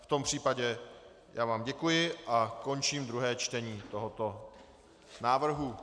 V tom případě vám děkuji a končím druhé čtení tohoto návrhu.